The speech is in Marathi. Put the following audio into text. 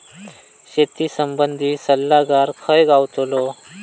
शेती संबंधित सल्लागार खय गावतलो?